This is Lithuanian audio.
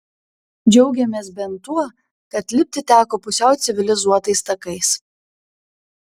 džiaugėmės bent tuo kad lipti teko pusiau civilizuotais takais